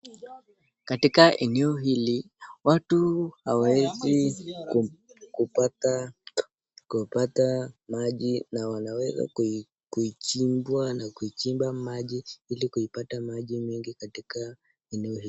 Katika eneo hili, watu hawawezi kupata maji na wanaweza kuichimbua na kuichimba maji ili kuipata maji mingi katika eneo hili.